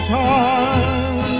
time